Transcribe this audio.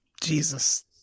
Jesus